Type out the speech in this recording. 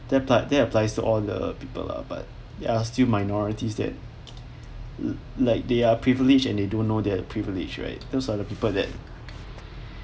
that part that applies to all the people lah but there are still minorities that like like they are privilege and they don't know the privilege right those are the people that